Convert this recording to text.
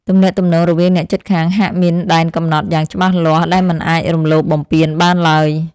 ទំនាក់ទំនងរវាងអ្នកជិតខាងហាក់មានដែនកំណត់យ៉ាងច្បាស់លាស់ដែលមិនអាចរំលោភបំពានបានឡើយ។